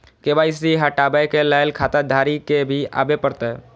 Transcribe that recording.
KYC हटाबै के लैल खाता धारी के भी आबे परतै?